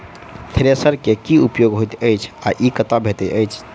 Thresher केँ की उपयोग होइत अछि आ ई कतह भेटइत अछि?